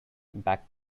back